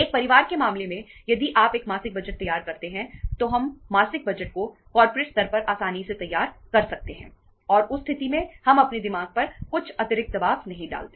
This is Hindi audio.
एक परिवार के मामले में यदि आप एक मासिक बजट तैयार करते हैं तो हम मासिक बजट को कॉर्पोरेट स्तर पर आसानी से तैयार कर सकते हैं और उस स्थिति में हम अपने दिमाग पर कुछ अतिरिक्त दबाव नहीं डालते